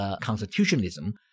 constitutionalism